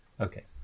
Okay